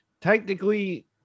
technically